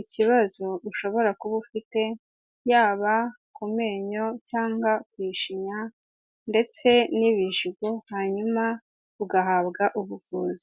ikibazo ushobora kuba ufite, y'aba ku menyo cyangwa ku ishinya, ndetse n'ibijigo, hanyuma ugahabwa ubuvuzi.